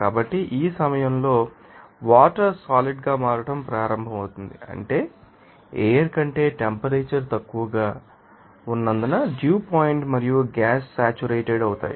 కాబట్టి ఈ సమయంలో వాటర్ సాలిడ్ గా మారడం ప్రారంభమవుతుంది అంటే ఎయిర్ కంటే టెంపరేచర్ తక్కువగా ఉన్నందున డ్యూ పాయింట్ మరియు గ్యాస్ సాచురేటెడ్ అవుతాయి